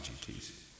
please